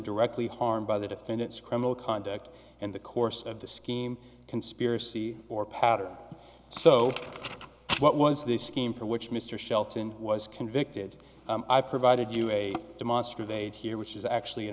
directly harmed by the defendant's criminal conduct and the course of the scheme conspiracy or pattern so what was the scheme for which mr shelton was convicted divided you a demonstrative aid here which is actually an